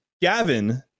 Gavin